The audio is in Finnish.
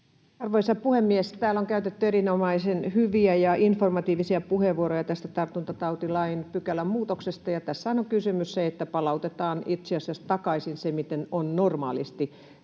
Arvoisa puhemies! Täällä on käytetty erinomaisen hyviä ja informatiivisia puheenvuoroja tästä tartuntatautilain pykälämuutoksesta. Tässähän on kysymys siitä, että palautetaan itse asiassa takaisin se, miten on normaalisti